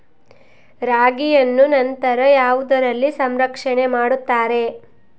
ರಾಗಿಯನ್ನು ನಂತರ ಯಾವುದರಲ್ಲಿ ಸಂರಕ್ಷಣೆ ಮಾಡುತ್ತಾರೆ?